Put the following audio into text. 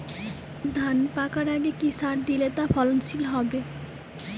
ধান পাকার আগে কি সার দিলে তা ফলনশীল হবে?